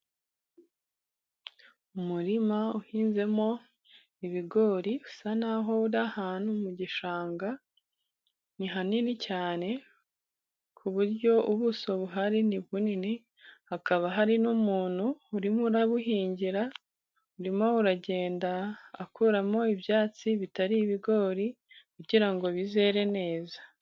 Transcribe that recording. Umurima uhinzemo ibigori usa naho uri ahantu mu gishanga, ni hanini cyane ku buryo ubuso buhari ni bunini, hakaba hari n'umuntu urimo abuhingira, arimo agenda akuramo ibyatsi bitari ibigori kugira ngo bizere neza.